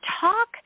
talk